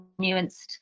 nuanced